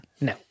No